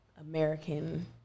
American